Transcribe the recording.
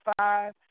five